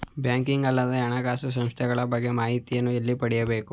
Banking ಅಲ್ಲದ ಹಣಕಾಸು ಸಂಸ್ಥೆಗಳ ಬಗ್ಗೆ ಮಾಹಿತಿಯನ್ನು ಎಲ್ಲಿ ಪಡೆಯಬೇಕು?